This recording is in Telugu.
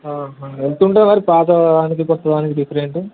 ఎంతుంటే మరి పాతదానికి కోత్తదానికి డిఫరెంట్